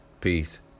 Peace